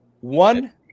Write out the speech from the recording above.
One